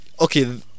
okay